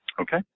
Okay